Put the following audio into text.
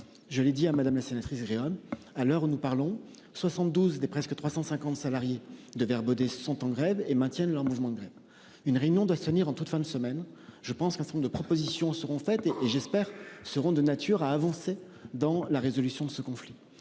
Je l'ai dit à Madame, la sénatrice agréable à l'heure où nous parlons, 72 des presque 350 salariés de Vert Baudet sont en grève et maintiennent leur mouvement de grève. Une réunion doit se tenir en toute fin de semaine je pense qu'à un nombre de propositions seront faites et et j'espère, seront de nature à avancer dans la résolution de ce conflit,